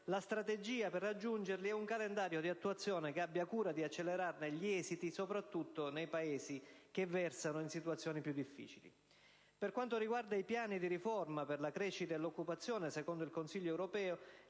la strategia per raggiungerli e un calendario di attuazione, che abbia cura di accelerarne gli esiti, soprattutto nei Paesi che versano in situazioni più difficili. Per quanto riguarda i piani di riforma per la crescita e l'occupazione, secondo il Consiglio europeo,